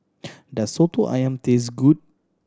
does Soto Ayam taste good